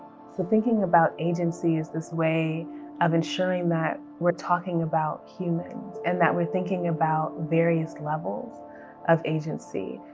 so thinking about agency is this way of ensuring that we're talking about humans, and that we're thinking about various levels of agency,